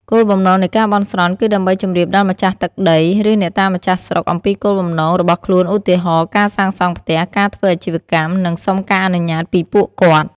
គោលបំណងនៃការបន់ស្រន់គឺដើម្បីជម្រាបដល់ម្ចាស់ទឹកដី ឬអ្នកតាម្ចាស់ស្រុកអំពីគោលបំណងរបស់ខ្លួន ឧទាហរណ៍ ការសាងសង់ផ្ទះ ការធ្វើអាជីវកម្ម និងសុំការអនុញ្ញាតពីពួកគាត់។